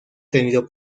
tenido